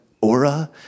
aura